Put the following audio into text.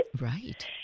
Right